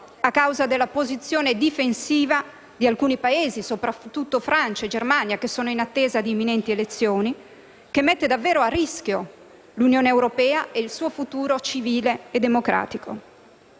a causa della posizione difensiva di alcuni Paesi, soprattutto Francia e Germania, in attesa di imminenti elezioni, che mette davvero a rischio l'Unione europea e il suo futuro civile e democratico.